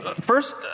first